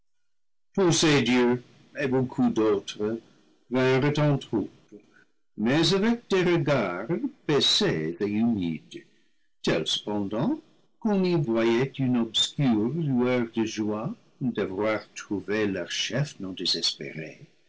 et beaucoup d'autres vinrent en troupe mais avec des regards baissés et humides tels cependant qu'on y voyait une obscure lueur de joie d'avoir trouvé leur chef non désespéré